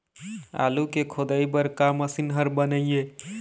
आलू के खोदाई बर का मशीन हर बने ये?